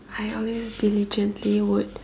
I always diligently would